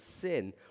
sin